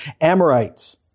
Amorites